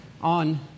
on